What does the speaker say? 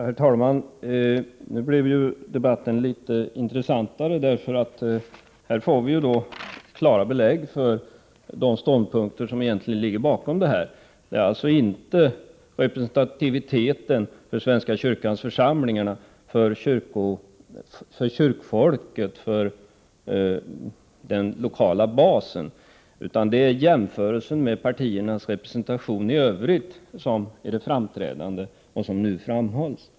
Herr talman! Nu blev debatten litet intressantare. Här får vi klara belägg för de ståndpunkter som egentligen ligger bakom detta resonemang. Det är alltså inte representativiteten för svenska kyrkans församlingar, för kyrkfolket och för den lokala basen som är det framträdande utan det är jämförelsen beträffande partiernas representation i övrigt, vilket nu också framhålls.